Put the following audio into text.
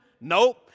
Nope